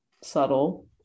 subtle